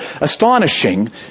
astonishing